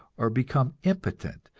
or become impotent,